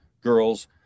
girls